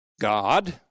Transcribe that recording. God